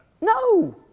No